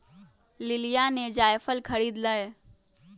लिलीया ने जायफल खरीद लय